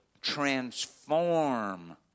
transform